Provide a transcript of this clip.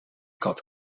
kat